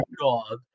God